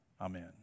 Amen